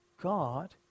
God